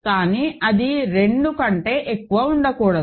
కానీ అది 2 కంటే ఎక్కువ ఉండకూడదు